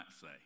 say